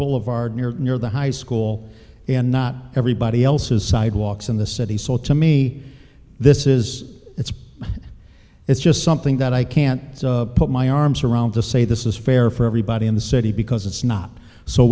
boulevard near near the high school and not everybody else's sidewalks in the city so to me this is it's it's just something that i can't put my arms around to say this is fair for everybody in the city because it's not so